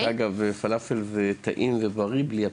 אגב, פלאפל זה טעים ובריא, אבל בלי הפיתה.